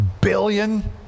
billion